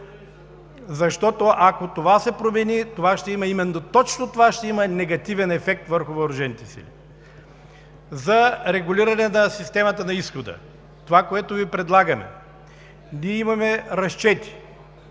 Защото, ако това се промени, точно това ще има негативен ефект върху въоръжените сили. За регулиране на системата на изхода – това, което Ви предлагаме, ние имаме разчети.